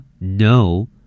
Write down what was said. No